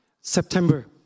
September